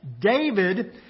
David